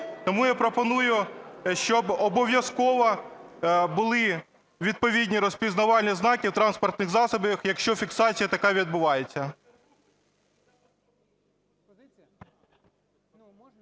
Тому я пропоную, щоб обов'язково були відповідні розпізнавальні знаки транспортних засобів, якщо фіксація така відбувається.